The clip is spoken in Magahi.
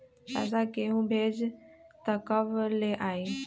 पैसा केहु भेजी त कब ले आई?